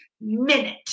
minute